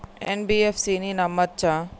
NBFC ని నమ్మచ్చా?